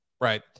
right